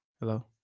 Hello